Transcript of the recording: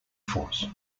force